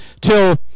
till